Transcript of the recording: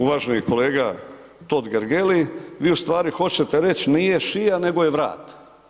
Uvaženi kolega Totgergeli vi u stvari hoćete reći nije šija nego je vrat.